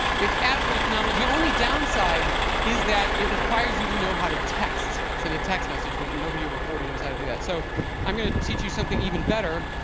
it's absolutely phenomenal. the only downside is that it requires you to know how to text send a text message. but nobody over forty knows how to do that. so i'm going to teach you something even better.